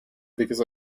because